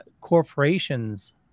corporations